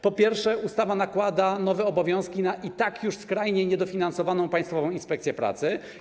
Po pierwsze, ustawa nakłada nowe obowiązki na i tak już skrajnie niedofinansowaną Państwową Inspekcję Pracy.